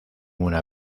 una